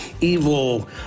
evil